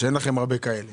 אין לכם הרבה כאלה